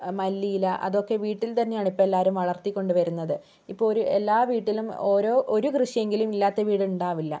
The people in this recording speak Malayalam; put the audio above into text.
മല്ലിയില അതൊക്കെ വീട്ടിൽ തന്നെയാണ് ഇപ്പോൾ എല്ലാവരും വളർത്തിക്കൊണ്ട് വരുന്നത് ഇപ്പോൾ ഒരു എല്ലാ വീട്ടിലും ഓരോ ഒരു കൃഷിയെങ്കിലും ഇല്ലാത്ത വീട് ഉണ്ടാവില്ല